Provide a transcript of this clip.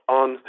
on